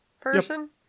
person